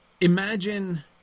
Imagine